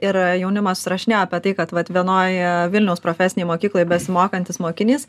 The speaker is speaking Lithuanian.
ir jaunimas susirašinėjo apie tai kad vat vienoj vilniaus profesinėj mokykloj besimokantis mokinys